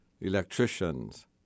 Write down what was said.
electricians